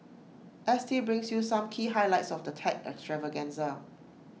S T brings you some key highlights of the tech extravaganza